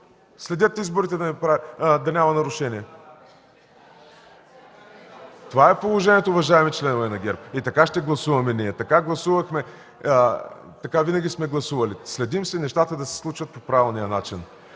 Следят изборите, за да няма нарушения. Това е положението, уважаеми членове на ГЕРБ, и така ще гласуваме ние. Така гласувахме. Така винаги сме гласували. Следим си нещата да се случват по правилния начин,